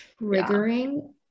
triggering